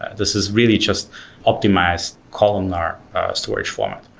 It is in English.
this is really just optimized columnar storage format,